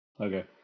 Okay